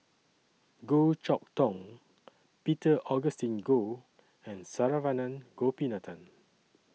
Goh Chok Tong Peter Augustine Goh and Saravanan Gopinathan